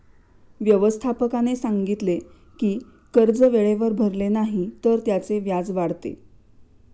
व्यवस्थापकाने सांगितले की कर्ज वेळेवर भरले नाही तर त्याचे व्याज वाढते